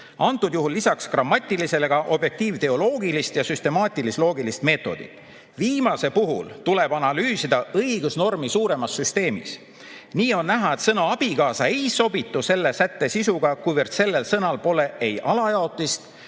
juhul lisaks grammatilisele ka objektiiv‑teleoloogilist ja süstemaatilis-loogilist meetodit. Viimase puhul tuleb analüüsida õigusnormi suuremas süsteemis. Nii on näha, et sõna "abikaasa" ei sobitu selle sätte sisuga, kuivõrd sellel sõnal pole ei alajaotist,